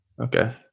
Okay